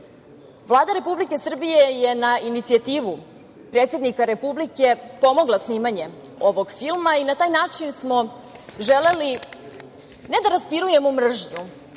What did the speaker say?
mogao. Vlada Republike Srbije je na inicijativu predsednika Republike pomogla snimanje ovog filma i na taj način smo želeli, ne da raspirujemo mržnju,